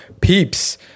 peeps